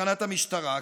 בתחנת המשטרה,